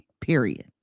period